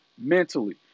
mentally